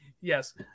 yes